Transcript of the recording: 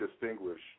distinguish